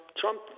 Trump